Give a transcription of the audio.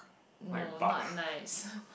no not nice